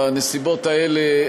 בנסיבות האלה,